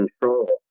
control